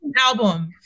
album